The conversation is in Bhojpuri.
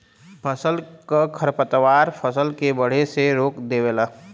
फसल क खरपतवार फसल के बढ़े से रोक देवेला